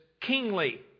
kingly